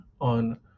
on